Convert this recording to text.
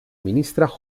ministre